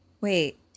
Wait